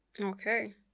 Okay